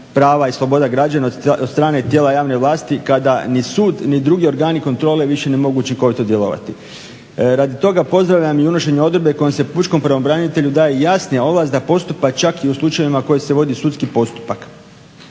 prava i sloboda građana od strane tijela javne vlasti kada ni sud ni drugi organi kontrole više ne mogu učinkovito djelovati. Radi toga pozdravljam i unošenje odredbe kojom se pučkom pravobranitelju daje jasnija ovlast da postupa čak i u slučajevima koji se vodi sudski postupak.